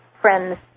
friends